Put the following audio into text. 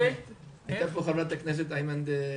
הייתה פה חברת הכנסת ח'טיב יאסין.